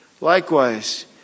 Likewise